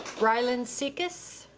rylin sekas.